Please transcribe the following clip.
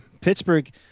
Pittsburgh